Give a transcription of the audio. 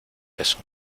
beso